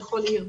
לכל עיר.